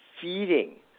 feeding